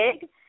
big